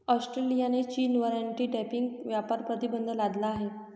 ऑस्ट्रेलियाने चीनवर anti dumping व्यापार प्रतिबंध लादला आहे